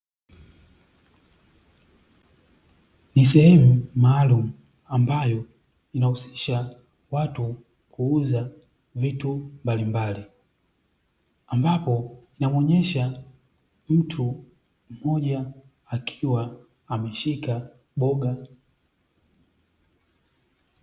Ni sehemu maalumu ambayo inahusisha watu kuuza vitu mbalimbali, ambapo inamuonyesha mtu mmoja akiwa ameshika mboga.